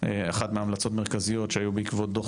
אחת מההמלצות המרכזיות שהיו בעקבות דו"ח